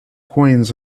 coins